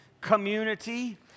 community